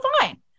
fine